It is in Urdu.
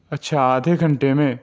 اچّھا آدھے گھنٹے میں